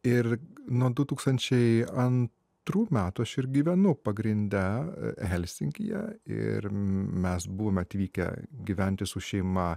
ir nuo du tūkstančiai antrų metų aš ir gyvenu pagrinde helsinkyje ir mes buvom atvykę gyventi su šeima